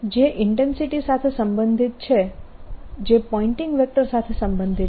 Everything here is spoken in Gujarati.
જે ઇન્ટેન્સિટી સાથે સંબંધિત છે જે પોઇન્ટીંગ વેક્ટર સાથે સંબંધિત છે